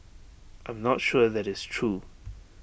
I'm not sure that is true